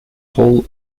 hall